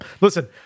Listen